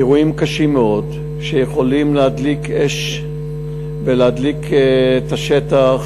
אירועים קשים מאוד שיכולים להדליק אש ולהדליק את השטח,